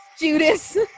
Judas